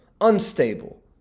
unstable